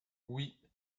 oui